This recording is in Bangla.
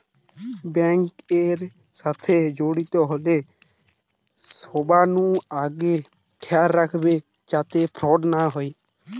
বেঙ্ক এর সাথে জড়িত হলে সবনু আগে খেয়াল রাখবে যাতে ফ্রড না হয়